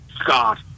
Scott